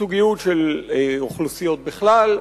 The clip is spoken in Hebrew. ייצוגיות של אוכלוסיות בכלל,